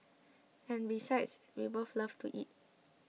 and besides we both love to eat